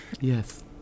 Yes